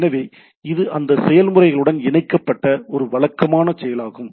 எனவே இது அந்த செயல்முறையுடன் இணைக்கப்பட்ட ஒரு வழக்கமான செயலாகும்